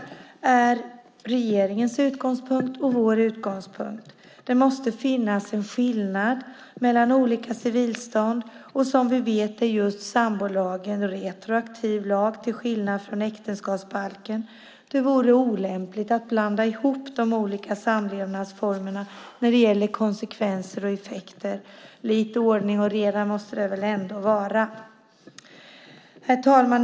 Det är regeringens utgångspunkt och vår utgångspunkt. Det måste finnas en skillnad mellan olika civilstånd, och som vi vet är just sambolagen en retroaktiv lag till skillnad från äktenskapsbalken. Det vore olämpligt att blanda ihop de olika samlevnadsformerna när det gäller konsekvenser och effekter. Lite ordning och reda måste det väl ändå vara! Herr talman!